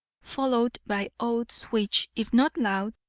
followed by oaths which, if not loud,